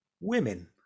women